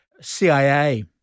CIA